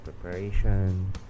preparation